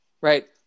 right